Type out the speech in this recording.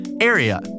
area